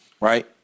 right